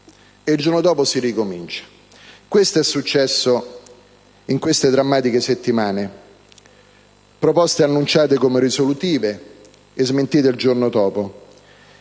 e il giorno dopo si ricomincia. È quanto è successo in queste drammatiche settimane: proposte annunciate come risolutive e smentite il giorno dopo,